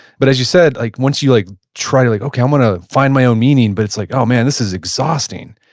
but as you said, like once you like try to like, okay, i'm going to ah find my own meaning, but it's like, oh, man, this is exhausting.